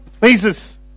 phases